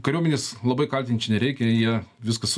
kariuomenės labai kaltint čia nereikia jie viskas